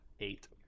eight